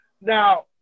Now